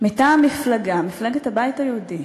מטעם מפלגה, מפלגת הבית היהודי,